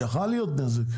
יכל להיות נזק.